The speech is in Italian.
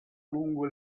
lungo